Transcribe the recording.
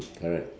correct